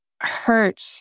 hurt